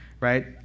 right